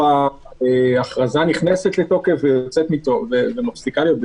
ההכרזה נכנסת לתוקף ומפסיקה להיות בתוקף.